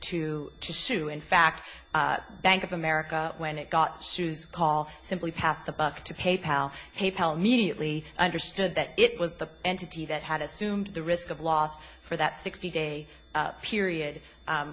to sue in fact bank of america when it got sues paul simply passed the buck to pay pal pay pal mediately understood that it was the entity that had assumed the risk of loss for that sixty day period